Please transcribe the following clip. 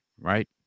right